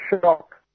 shock